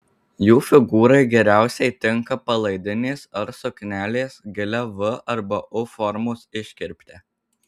jų figūrai geriausiai tinka palaidinės ar suknelės gilia v arba u formos iškirpte